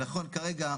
נכון כרגע,